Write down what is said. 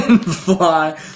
Fly